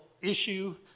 issue